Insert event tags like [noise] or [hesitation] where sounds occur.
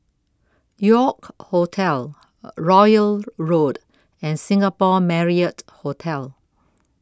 York Hotel [hesitation] Royal Road and Singapore Marriott Hotel